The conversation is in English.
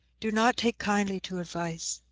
do not take kindly to advice.